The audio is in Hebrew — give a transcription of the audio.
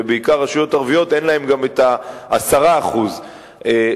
ובעיקר רשויות ערביות, אין להן גם 10% לתת.